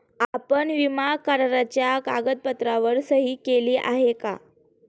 आपण विमा कराराच्या कागदपत्रांवर सही केली आहे का?